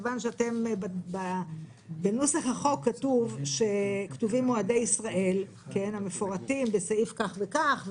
מכיוון שבנוסח החוק כתוב מועדי ישראל המפורטים בסעיף כך וכך,